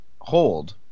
hold